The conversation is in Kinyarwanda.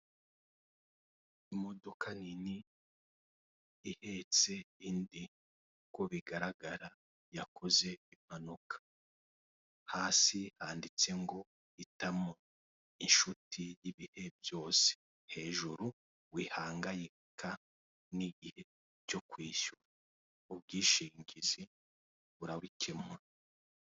Imodoka nini ihetse indi uko bigaragara yakoze impanuka, hasi handitse ngo "hitamo inshuti y'ibihe byose", hejuru "wihangayika n'igihe cyo kwishyura, ubwishingizi burabikemura".